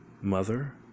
Mother